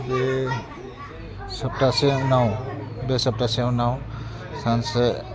बे सप्तासे उनाव बे सप्तासे उनाव सानसे